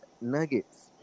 nuggets